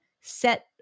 set